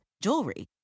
jewelry